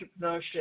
entrepreneurship